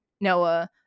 noah